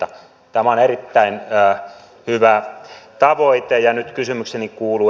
tämä on erittäin hyvä tavoite ja nyt kysymykseni kuuluu